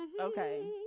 Okay